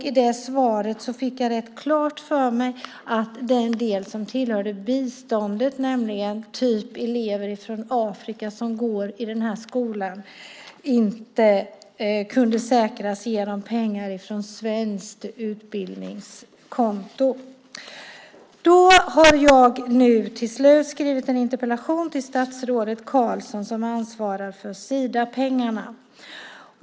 I svaret fick jag rätt klart för mig att den del som tillhörde biståndet, till exempel elever från Afrika som går i denna skola, inte kunde säkras genom pengar från svenskt utbildningskonto. Nu har jag till slut skrivit en interpellation till statsrådet Carlsson som ansvarar för Sidapengarna.